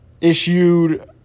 issued